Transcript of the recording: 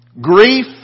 grief